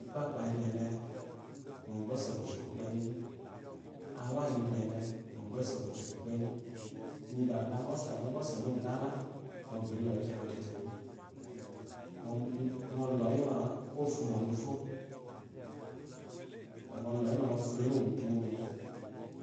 Ikpakpa inyele ngɔ gbe ɔse kuji kukpenyi bi, awanyi inyele ngɔ be ɔse kuji kukpenyi inyi la ngɔ fya ngɔ gbe ɔse mo lala ngɔ gbe lɔ yi kyangha. ngɔ lɔyi ma ofumɔ ɔnu mo, ba ngɔ